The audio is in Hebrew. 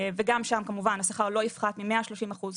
גם שם כמובן השכר לא יפחת מ-130 אחוז,